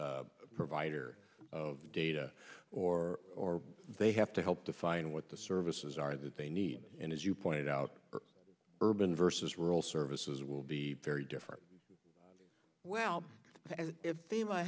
provider of data or they have to help define what the services are that they need and as you pointed out urban versus rural services will be very different well if